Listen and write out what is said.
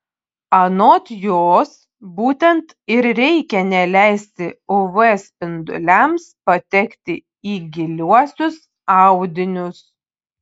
anot jos būtent ir reikia neleisti uv spinduliams patekti į giliuosius audinius